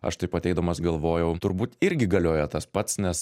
aš taip pat eidamas galvojau turbūt irgi galioja tas pats nes